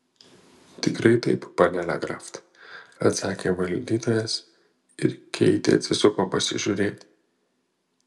tikrai taip panele kraft atsakė valdytojas ir keitė atsisuko pasižiūrėti